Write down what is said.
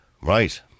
Right